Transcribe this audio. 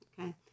Okay